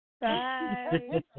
Bye